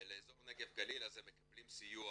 לאזור נגב-גליל אז הם מקבלים סיוע